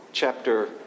Chapter